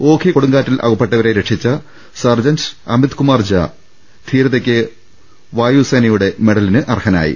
ഓഖി കൊടുങ്കാറ്റിൽ അകപ്പെട്ടവരെ രക്ഷിച്ച സർജന്റ് അമിത്കുമാർ ഝാ ധീരതയ്ക്ക് വായു സേനമെഡലിന് അർഹനായി